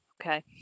Okay